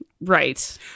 right